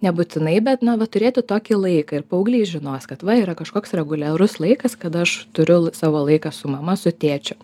nebūtinai bet na va turėti tokį laiką ir paaugliai žinos kad va yra kažkoks reguliarus laikas kad aš turiu savo laiką su mama su tėčiu